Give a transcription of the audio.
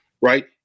right